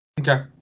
Okay